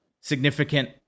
significant